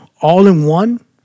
all-in-one